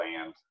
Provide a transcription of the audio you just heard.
land